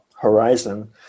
horizon